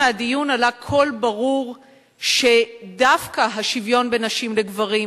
מהדיון עלה קול ברור שדווקא השוויון בין נשים לגברים,